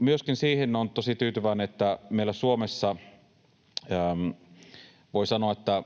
Myöskin siihen olen tosi tyytyväinen, että meillä Suomessa voi sanoa, että